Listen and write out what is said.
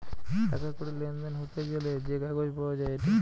টাকা কড়ির লেনদেন হতে গ্যালে যে কাগজ পাওয়া যায়েটে